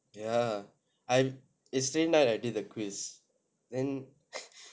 ya I'm yesterday night I did the quiz then